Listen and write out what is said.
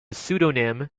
pseudonym